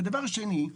והדבר שני,